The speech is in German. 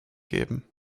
geben